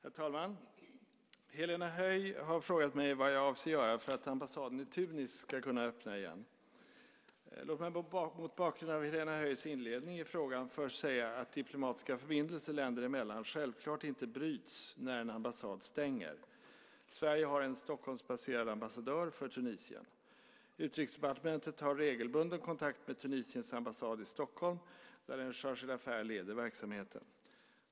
Herr talman! Helena Höij har frågat mig vad jag avser att göra för att ambassaden i Tunis ska kunna öppna igen. Låt mig mot bakgrund av Helena Höijs inledning i frågan först säga att diplomatiska förbindelser länder emellan självklart inte bryts när en ambassad stänger. Sverige har en Stockholmsbaserad ambassadör för Tunisien. Utrikesdepartementet har regelbunden kontakt med Tunisiens ambassad i Stockholm där en chargé-d'affaires leder verksamheten.